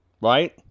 right